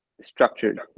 structured